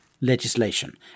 legislation